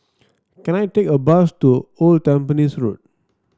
can I take a bus to Old Tampines Road